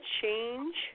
change